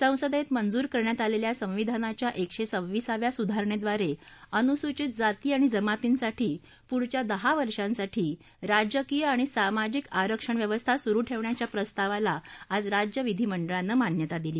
संसदेत मंजूर करण्यात आलेल्या संविधानाच्या एकशे सव्वीसाव्या सुधारणेद्वारे अनुसूचित जाती आणि जमातींसाठी पुढच्या दहा वर्षांसाठी राजकीय आणि सामाजिक आरक्षणव्यवस्था सुरू ठेवण्याच्या प्रस्तावाला आज राज्य विधानंडळानं मान्यता दिली